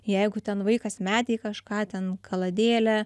jeigu ten vaikas metė į kažką ten kaladėlę